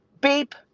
Beep